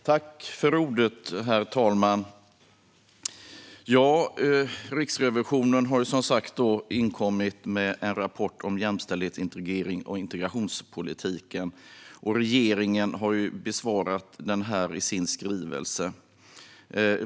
Herr talman! Riksrevisionen har inkommit med en rapport om jämställdhetsintegrering och integrationspolitiken. Och regeringen har besvarat den i sin skrivelse.